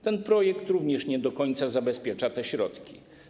Ten projekt również nie do końca zabezpiecza te środki.